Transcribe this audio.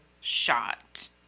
shot